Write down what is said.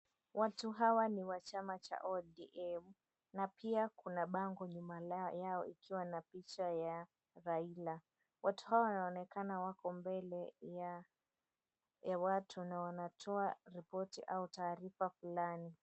Watu hawa ni wa chama cha ODM na pia kuna bango nyuma yao ikiwa na picha ya Raila. Watu hawa wanaonekana wako mbele ya watu na wanatoa ripoti au taarifa fulani.